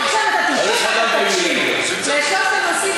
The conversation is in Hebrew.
עכשיו אתה תשב ותקשיב לשלושת הנושאים